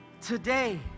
today